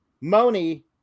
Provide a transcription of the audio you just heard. Moni